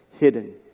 hidden